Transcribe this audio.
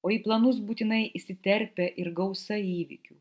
o į planus būtinai įsiterpia ir gausa įvykių